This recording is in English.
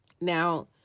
now